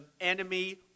enemy